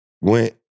went